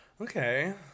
Okay